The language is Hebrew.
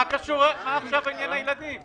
מה קשור עניין הילדים?